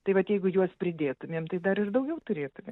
tai vat jeigu juos pridėtumėm tai dar ir daugiau turėtumėm